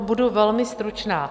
Budu velmi stručná.